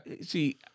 See